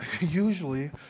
Usually